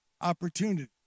opportunity